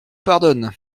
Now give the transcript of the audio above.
pardonne